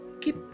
keep